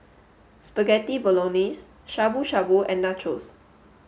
Spaghetti Bolognese Shabu Shabu and Nachos